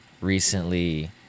recently